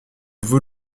vous